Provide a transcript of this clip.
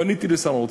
פניתי לשר האוצר.